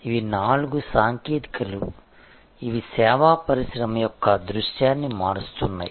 ఇవి నాలుగు సాంకేతికతలు ఇవి సేవా పరిశ్రమ యొక్క దృశ్యాన్ని మారుస్తున్నాయి